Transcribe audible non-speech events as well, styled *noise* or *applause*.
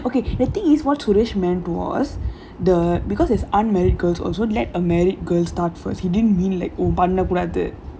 *laughs* okay the thing is what suresh meant was the because it's unmarried girls also let a married girl start first he didn't mean like oh இப்டி பண்ண கூடாது:ipdi panna koodaathu